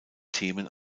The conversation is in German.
themen